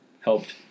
helped